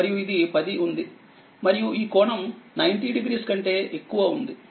మరియు ఇది 10 ఉంది మరియు ఈ కోణం 900కంటే ఎక్కువ ఉంది